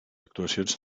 actuacions